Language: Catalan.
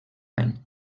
any